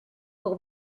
pour